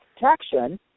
protection